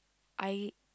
I